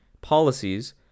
policies